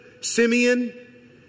Simeon